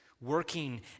working